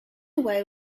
away